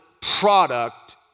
product